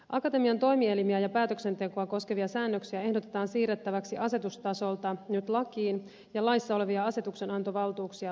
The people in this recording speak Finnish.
akatemian toimielimiä ja päätöksentekoa koskevia säännöksiä ehdotetaan siirrettäviksi asetustasolta nyt lakiin ja laissa olevia asetuksenantovaltuuksia täsmennettäviksi